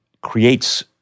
creates